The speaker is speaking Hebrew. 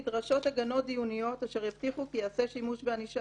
נדרשות הגנות דיוניות אשר יבטיחו כי ייעשה שימוש בענישה